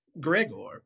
Gregor